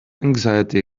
anxiety